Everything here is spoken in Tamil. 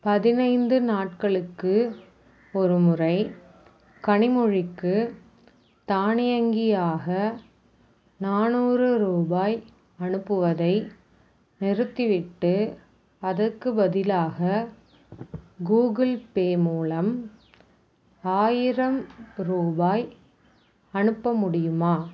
பதினைந்து நாட்களுக்கு ஒருமுறை கனிமொழிக்கு தானியங்கியாக நானூறு ரூபாய் அனுப்புவதை நிறுத்திவிட்டு அதற்குப் பதிலாக கூகுள் பே மூலம் ஆயிரம் ரூபாய் அனுப்ப முடியுமா